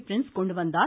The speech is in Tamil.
பிரின்ஸ் கொண்டுவந்தார்